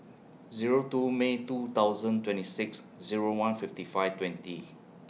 Zero two May two thousand twenty six Zero one fifty five twenty